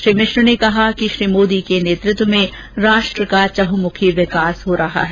श्री मिश्र ने कहा कि श्री मोदी के नेतृत्व में राष्ट्र का चंहुमुखी विकास हो रहा है